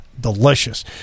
delicious